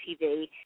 TV